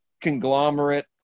conglomerate